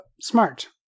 Smart